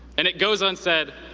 and it goes unsaid,